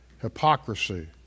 Hypocrisy